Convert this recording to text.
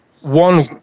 one